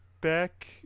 back